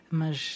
mas